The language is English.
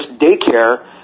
daycare